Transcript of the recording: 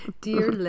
dear